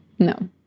No